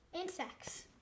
insects